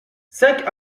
cinq